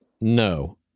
no